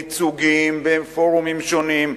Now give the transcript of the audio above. ייצוגים בפורומים שונים,